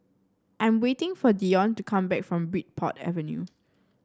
I'm waiting for Deon to come back from Bridport Avenue